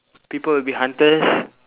people will be hunters